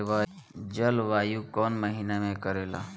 जलवायु कौन महीना में करेला?